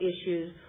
issues